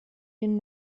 den